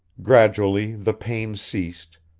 gradually the pain ceased,